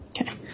Okay